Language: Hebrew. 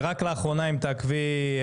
רק לאחרונה אם תעקבי,